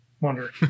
wonder